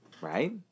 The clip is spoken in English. right